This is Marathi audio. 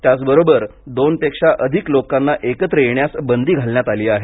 त्याचबरोबर दोनपेक्षा अधिक लोकांना एकत्र येण्यास बंदी घालण्यात आली आहे